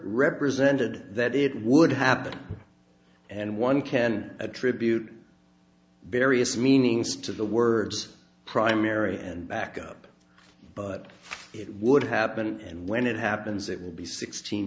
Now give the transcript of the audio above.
represented that it would happen and one can attribute various meanings to the words primary and backup but it would happen and when it happens it will be sixteen